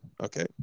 okay